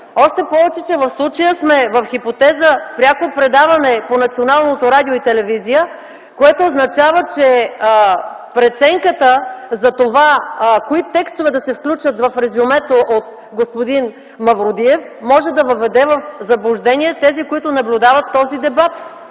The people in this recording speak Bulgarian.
Още повече, че в случая сме в хипотеза – пряко предаване по Националното радио и телевизия, което означава, че преценката за това кои текстове да се включат в резюмето от господин Мавродиев може да въведе в заблуждение тези, които наблюдават този дебат.